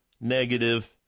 negative